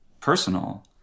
personal